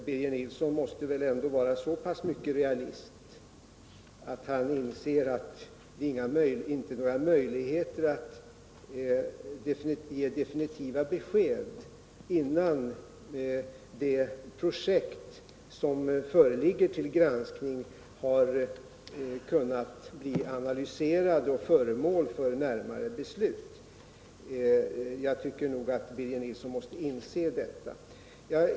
Birger Nilsson måste väl ändå vara så puss mycket realist att han inser all det inte finns några möjligheter att ge definitiva besked innan de projekt som föreligger till granskning har kunnat bli analvserade och föremål för närmare beslut. Jag tycker att Birger Nilsson måste inse det.